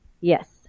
Yes